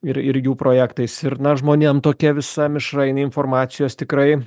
ir ir jų projektais ir na žmonėm tokia visa mišrainė informacijos tikrai